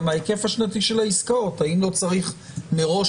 ההיקף השנתי של העסקאות והשאלה האם לא צריך מראש,